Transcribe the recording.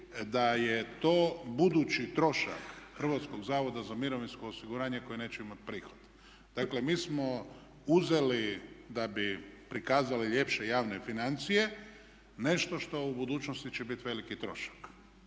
da je to budući trošak Hrvatskog zavoda za mirovinsko osiguranje koje neće imati prihod. Dakle mi smo uzeli da bi prikazali ljepše javne financije nešto što u budućnosti će biti veliki trošak.